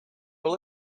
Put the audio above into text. will